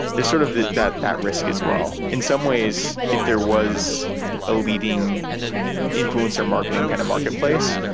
there's sort of that that risk as well. in some ways, if there was a leading influencer marketing kind of market place,